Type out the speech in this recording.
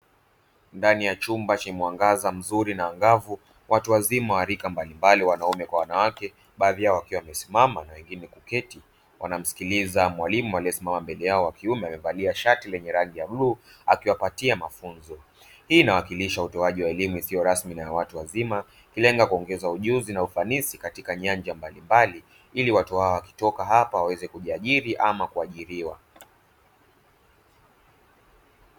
Ndani ya chumba chenye mwangaza mzuri na angavu, watu wazima wa rika mbalimbali wanaume kwa wanawake, baadhi yao wakiwa wamesimama na wengine kuketi wanamsikiliza mwalimu aliyesimama mbele yao wa kiume amevalia shati lenye rangi ya bluu akiwapatia mafunzo. Hii inawakilisha utoaji wa elimu isiyo rasmi na ya watu wazima ikilenga kuongeza ujuzi na ufanisi katika nyanja mbalimbali ili watu hawa wakitoka hapa waweze kujiajiri ama kuajiriwa.